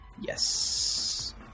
Yes